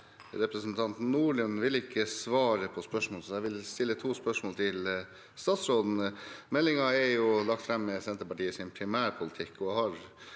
representanten Nordlund, ville ikke svare på spørsmål, så jeg vil stille to spørsmål til statsråden. Meldingen er lagt fram med Senterpartiets primærpolitikk